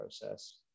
process